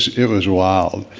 it was wild.